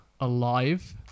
alive